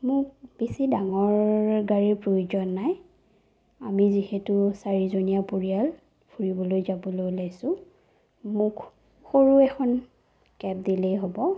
মোক বেছি ডাঙৰ গাড়ীৰ প্ৰয়োজন নাই আমি যিহেটো চাৰিজনীয়া পৰিয়াল ফুৰিবলৈ যাবলৈ ওলাইছোঁ মোক সৰু এখন কেব দিলেই হ'ব